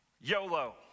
YOLO